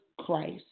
Christ